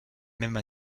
même